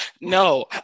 No